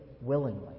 willingly